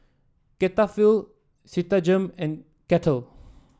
Cetaphil Citigem and Kettle